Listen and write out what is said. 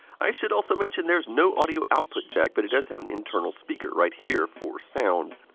i should also mention there's no audio output jack, but it does have an internal speaker right here for sound.